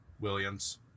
Williams